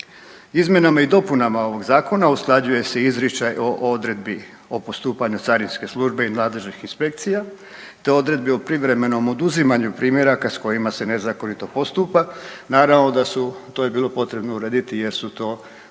Izmjenama i dopunama ovog zakona usklađuje se izričaj o odredbi o postupanju carinske službe i nadležnih inspekcija, te odredbi o privremenom oduzimanju primjeraka sa kojima se nezakonito postupa. Naravno da je to bilo potrebno urediti, jer su to u stvari